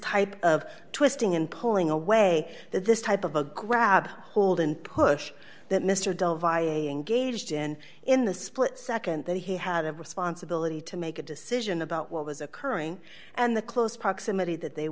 type of twisting and pulling away this type of a grab hold and push that mr dunn engaged in in the split nd that he had a responsibility to make a decision about what was occurring and the close proximity that they